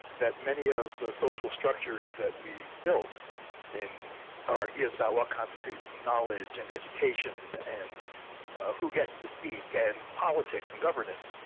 that many of the social structures that we've built in our ideas about what constitutes knowledge and education and who gets to speak and politics and governance,